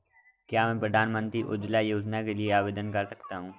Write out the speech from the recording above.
क्या मैं प्रधानमंत्री उज्ज्वला योजना के लिए आवेदन कर सकता हूँ?